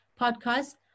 podcast